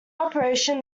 operation